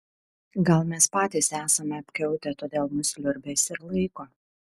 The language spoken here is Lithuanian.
gal mes patys esame apkiautę todėl mus liurbiais ir laiko